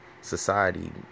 society